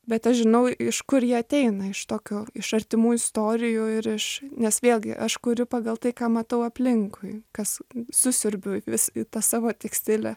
bet aš žinau iš kur jie ateina iš tokių iš artimų istorijų ir iš nes vėlgi aš kuriu pagal tai ką matau aplinkui kas susiurbiu vis į tą savo tekstilę